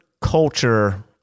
culture